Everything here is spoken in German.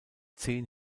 zehn